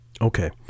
okay